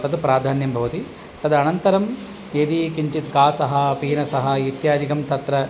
तत् प्राधान्यं भवति तद् अनन्तरं यदि किञ्चित् कासः पीनसः इत्यादिकं तत्र